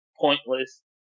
pointless